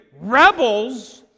Rebels